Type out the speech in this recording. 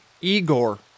Igor